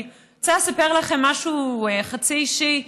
אני רוצה לספר לכם משהו חצי אישי.